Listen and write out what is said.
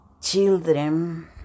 children